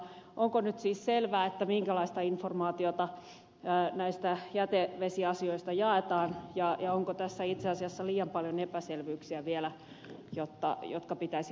onko nyt siis selvää minkälaista informaatiota jätevesiasioista jaetaan ja onko tässä itse asiassa liian paljon epäselvyyksiä vielä jotka pitäisi ensin ratkaista